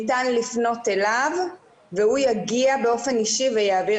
ניתן לפנות אליו והוא יגיע באופן אישי ויעביר